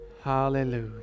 hallelujah